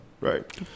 right